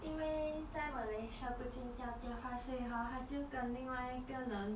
因为在 malaysia 不见掉电话所以 hor 他就跟另外一个人